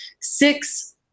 six